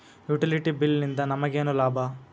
Utility bill ನಿಂದ್ ನಮಗೇನ ಲಾಭಾ?